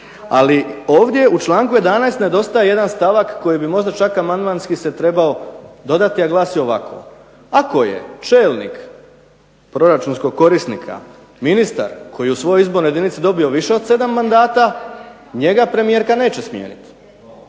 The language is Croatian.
ali ovdje u članku 11. nedostaje jedan stavak koji bi možda čak amandmanski se trebao dodati, a glasi ovako ako je čelnik proračunskog korisnika ministar koji je u svojoj izbornoj jedinici dobio više od 7 mandata, njega premijerka neće smijeniti.